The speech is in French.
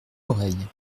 oreilles